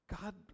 God